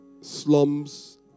slums